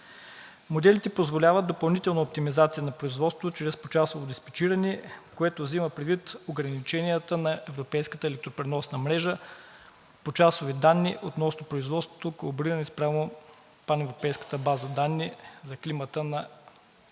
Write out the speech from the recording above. Моделите позволяват допълнителна оптимизация на производството чрез почасово диспечиране, което взима предвид ограниченията на европейската електропреносна мрежа, почасови данни относно производството, колаборирани спрямо паневропейската база данни за климата на Ntso. На този етап